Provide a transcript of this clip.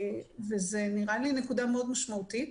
זה נראה לי נקודה מאוד משמעותית.